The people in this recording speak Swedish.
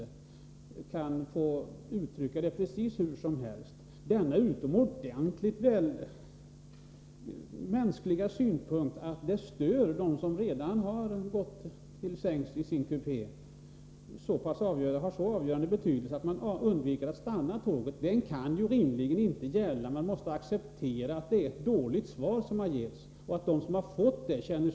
Trafikflygarskolans utbildning är uppdelad i en grundläggande del som staten ansvarar för och en bolagsanpassad med SAS som huvudman. Behörighetsbestämmelserna är omfattande. En särskild antagningsprövning sker till grundutbildningen, och ytterligare en bedömning görs inför den bolagsanpassade utbildningen.